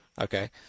Okay